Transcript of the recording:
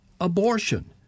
abortion